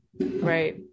right